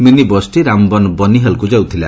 mini ବସ୍ଟି ରାମବନ୍ ବନିହାଲ୍କୁ ଯାଉଥିଲା